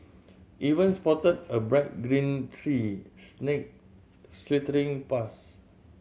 even spotted a bright green tree snake slithering past